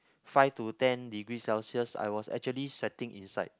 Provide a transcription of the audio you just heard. five to ten degree Celsius I was actually sweating inside